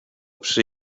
przy